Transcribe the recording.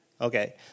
okay